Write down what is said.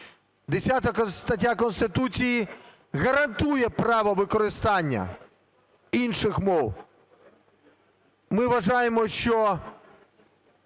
10 стаття Конституції гарантує право використання інших мов. Ми вважаємо, що